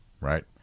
Right